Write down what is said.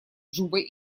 джубой